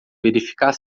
verificar